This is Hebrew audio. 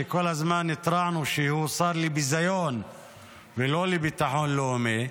שכל הזמן התרענו שהוא שר לביזיון ולא לביטחון לאומי,